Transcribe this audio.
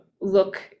look